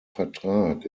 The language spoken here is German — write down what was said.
vertrag